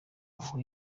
aho